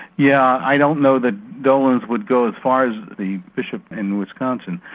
yeah i don't know that dolan would go as far as the bishop in wisconsin,